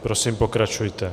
Prosím, pokračujte.